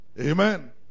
Amen